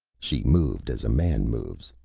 she moved as a man moves,